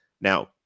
Now